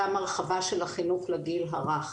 גם הרחבה של החינוך לגיל הרך.